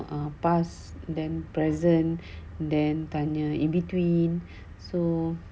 um past then present then tanya in between so